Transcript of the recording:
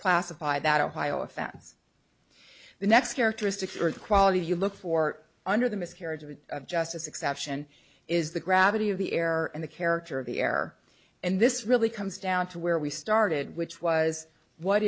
classify that ohio offense the next characteristics are the qualities you look for under the miscarriage of justice exception is the gravity of the air and the character of the air and this really comes down to where we started which was what